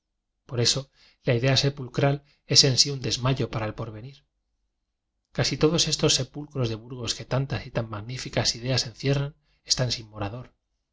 por eso la idea se pulcral es en sí un desmayo para el porve nir casi todos estos sepulcros de burgos que tantas y tan magníficas ideas encierran están